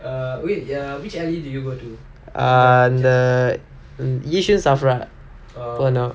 uh அந்த:antha yishun SAFRA போனோம்:ponom